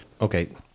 Okay